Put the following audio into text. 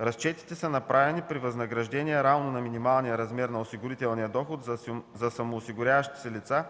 Разчетите са направени при възнаграждение равно на минималния размер на осигурителния доход за самоосигуряващи се лица